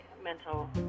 mental